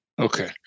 okay